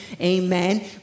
amen